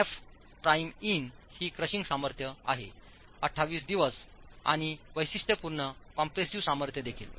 f prime इन ही crushing सामर्थ्य आहे 28 दिवस आणि वैशिष्ट्यपूर्ण कॉम्पॅरेसीव्ह सामर्थ्य देखील